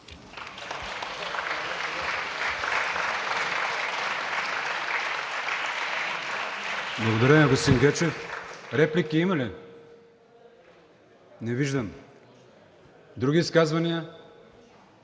Благодаря, господин Гечев. Реплики има ли? Не виждам. Други изказвания?